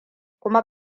kuma